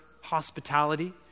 hospitality